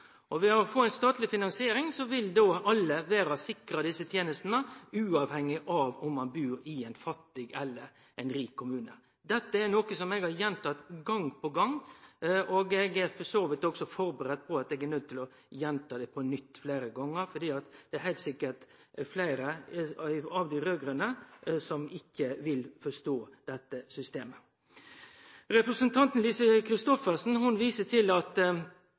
dei. Ved å få ei statleg finansiering vil alle vere sikra desse tenestene, uavhengig av om ein bur i ein fattig eller ein rik kommune. Dette er noko eg har gjenteke gong på gong, og eg er for så vidt også forberedt på at eg er nøydd til å gjenta det fleire gonger, for det er heilt sikkert fleire av dei raud-grøne som ikkje vil forstå dette systemet. Representanten Lise Christoffersen viste til at